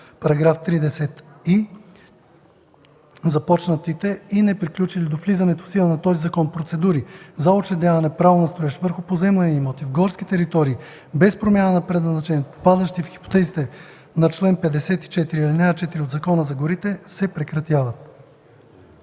§ 30и. Започнатите и неприключили до влизането в сила на този закон процедури за учредяване право на строеж върху поземлени имоти в горски територии без промяна на предназначението на територията, попадащи в хипотезите на чл. 54, ал. 4 от Закона за горите, се прекратяват.”